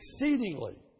exceedingly